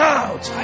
out